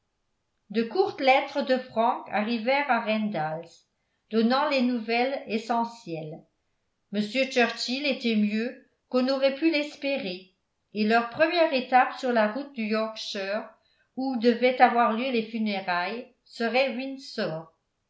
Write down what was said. de courtes lettres de frank arrivèrent à randalls donnant les nouvelles essentielles m churchill était mieux qu'on aurait pu l'espérer et leur première étape sur la route du yorkshire où devaient avoir lieu les funérailles serait windsor